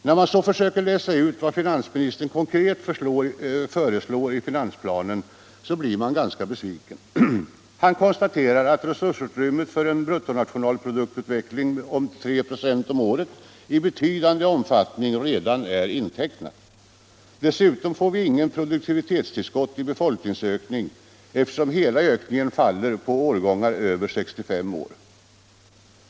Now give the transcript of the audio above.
När man så försöker läsa ut vad finansministern konkret föreslår i finansplanen blir man ganska besviken. Han konstaterar att resursutrymmet för en bruttonationalproduktutveckling med 3 96 om året i betydande omfattning redan är intecknat. Dessutom får vi inget produktivitetstillskott genom befolkningsökning, eftersom hela ökningen faller på årgångarna över 65 år.